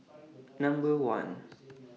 Number one